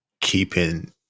keeping